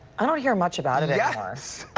i don't hear much about it yeah i